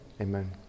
Amen